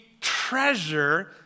treasure